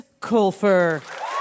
Colfer